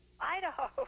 Idaho